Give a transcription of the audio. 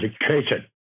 education